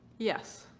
yes.